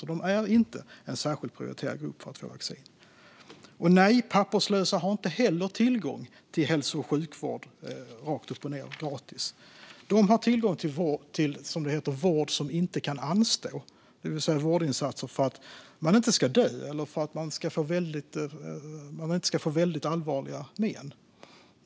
De är alltså inte en särskilt prioriterad grupp för att få vaccin. Nej, papperslösa har inte heller tillgång till hälso och sjukvård rakt upp och ned gratis. De har tillgång till vård som inte kan anstå, som det heter, det vill säga vårdinsatser för att man inte ska dö eller för att man inte ska få väldigt allvarliga men.